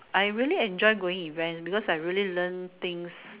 I really enjoy going events because I really learn things